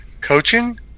coaching